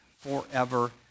forever